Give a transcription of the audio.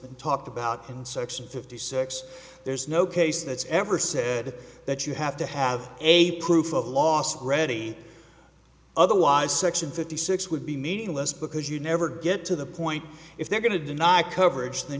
been talked about in section fifty six there's no case that's ever said that you have to have a proof of lawsuit ready otherwise section fifty six would be meaningless because you never get to the point if they're going to deny coverage th